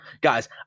guys